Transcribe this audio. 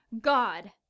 God